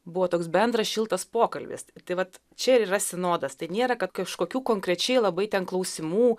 buvo toks bendras šiltas pokalbis tai vat čia ir yra sinodas tai nėra kad kažkokių konkrečiai labai ten klausimų